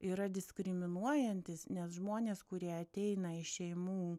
yra diskriminuojantis nes žmonės kurie ateina iš šeimų